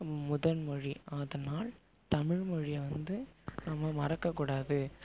முதன்மொழி அதனால் தமிழ்மொழியை வந்து நம்ம மறக்கக் கூடாது